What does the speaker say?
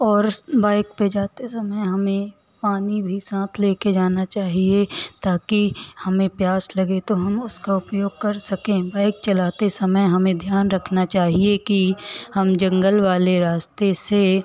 और उस बाइक पर जाते समय हमें पानी भी साथ लेकर जाना चाहिए ताकि हमें प्यास लगे तो हम उसका उपयोग कर सकें बाइक चलाते समय हमें ध्यान रखना चाहिए कि हम जंगल वाले रास्ते से